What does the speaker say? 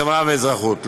חברה ואזרחות.